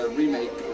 remake